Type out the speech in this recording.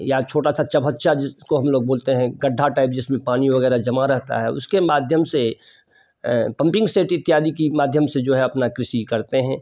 या छोटा सा चभच्चा जिसको हम लोग बोलते हैं गड्ढा टाइप जिसमें पानी वगैरह जमा रहता है उसके माध्यम से पम्पिंग सेट इत्यादि की माध्यम से जो है अपना कृषि करतें हैं